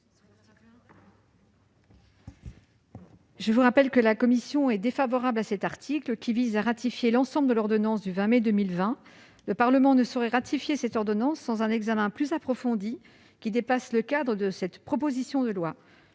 Je vous rappelle que la commission est défavorable à cet article, qui vise à ratifier l'intégralité de l'ordonnance du 20 mai 2020. Le Parlement ne saurait ratifier cette ordonnance sans un examen plus approfondi qui dépasse le cadre de cette proposition de loi.